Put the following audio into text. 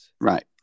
Right